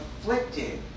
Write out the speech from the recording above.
afflicted